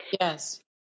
Yes